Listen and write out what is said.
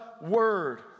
word